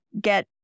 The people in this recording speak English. get